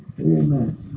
Amen